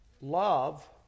love